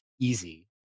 easy